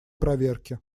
проверки